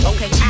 Okay